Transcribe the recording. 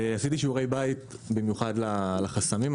עשיתי שיעורי בית במיוחד, על החסמים.